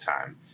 time